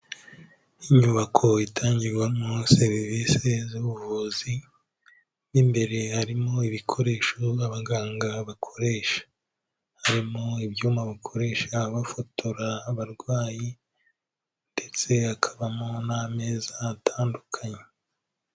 Inyubako itangirwamo serivisi z'ubuvuzi, mo imbere harimo ibikoresho abaganga bakoresha, harimo ibyuma bakoresha bafotora abarwayi ndetse hakabamo n'ameza atandukanye.